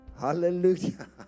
Hallelujah